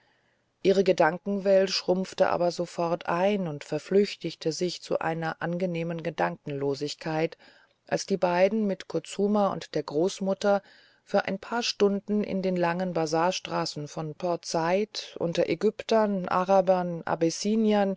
ihre gedankenwelt schrumpfte aber sofort ein und verflüchtigte sich zu einer angenehmen gedankenlosigkeit als die beiden mit kutsuma und der großmutter für ein paar stunden in den langen bazarstraßen von port said unter ägyptern arabern